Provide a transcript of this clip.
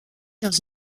dans